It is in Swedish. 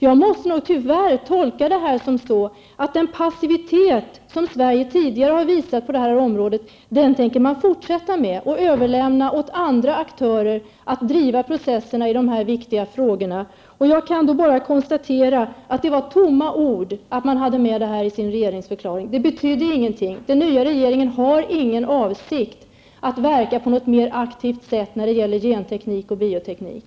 Jag måste tyvärr tolka detta som att man tänker fortsätta med den passivitet som Sverige tidigare har visat på detta område, nämligen att överlämna åt andra aktörer att driva processen i de här viktiga frågorna. Jag kan bara konstatera att det var tomma ord då man hade med detta i sin regeringsförklaring. Det betydde ingenting. Den nya regerigen har ingen avsikt att verka på något mer aktivt sätt när det gäller genteknik och bioteknik.